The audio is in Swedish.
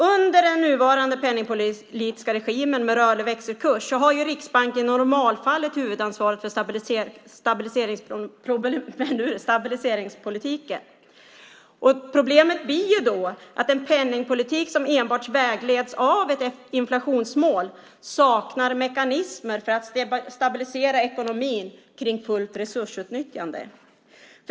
Under den nuvarande penningpolitiska regimen med rörlig växelkurs har Riksbanken i normalfallet huvudansvaret för stabiliseringspolitiken. Problemet blir att en penningpolitik som enbart vägleds av ett inflationsmål saknar mekanismer för att stabilisera ekonomin kring fullt resursutnyttjande.